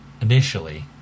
initially